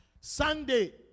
Sunday